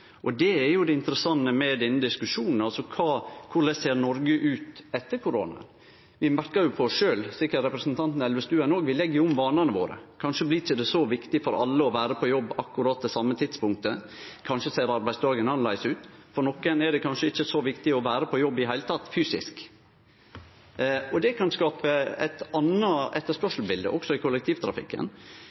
Det interessante med denne diskusjonen er korleis Noreg ser ut etter korona. Vi merkar jo på oss sjølve, sikkert representanten Elvestuen òg, at vi legg om vanane våre. Kanskje blir det ikkje så viktig for alle å vere på jobb til akkurat det same tidspunktet. Kanskje ser arbeidsdagen annleis ut. For nokre er det kanskje ikkje så viktig å vere på jobb fysisk i det heile teke. Det kan skape eit anna etterspurnadsbilde også i kollektivtrafikken.